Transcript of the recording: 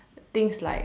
things like